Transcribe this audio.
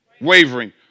Wavering